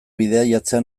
bidaiatzea